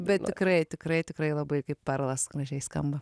bet tikrai tikrai tikrai labai kaip perlas gražiai skamba